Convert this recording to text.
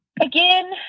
Again